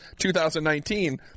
2019